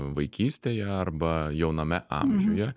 vaikystėje arba jauname amžiuje